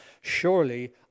surely